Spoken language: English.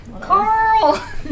Carl